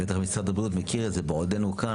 שהוועדה לפחות תדע מה ההסכמה המהותית.